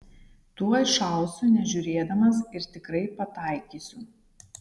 tuoj šausiu nežiūrėdamas ir tikrai pataikysiu